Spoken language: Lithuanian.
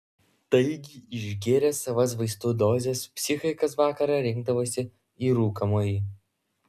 taigi išgėrę savas vaistų dozes psichai kas vakarą rinkdavosi į rūkomąjį